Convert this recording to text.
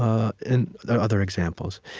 ah and there are other examples.